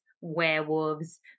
werewolves